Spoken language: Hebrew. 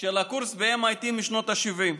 של הקורס ב-MIT משנות השבעים.